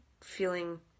feeling